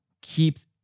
keeps